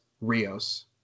rios